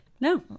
No